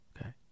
okay